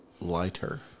lighter